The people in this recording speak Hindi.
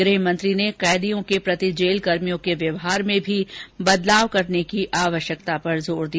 गृहमंत्री ने कैदियों के प्रति जेलकर्मियों के व्यवहार में भी बदलाव की आवश्यकता पर जोर दिया